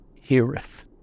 heareth